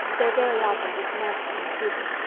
they're very often just nasty and stupid.